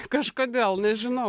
kažkodėl nežinau